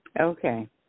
Okay